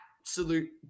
absolute